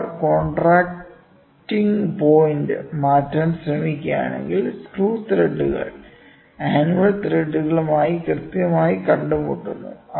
നമ്മൾ contacting point മാറ്റാൻ ശ്രമിക്കുകയാണെങ്കിൽ സ്ക്രൂ ത്രെഡുകൾ ആനുവൽ ത്രെഡുകളുമായി കൃത്യമായി കണ്ടു മുട്ടുന്നു